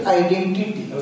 identity